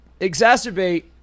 exacerbate